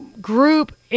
group